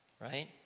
right